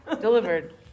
Delivered